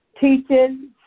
teaching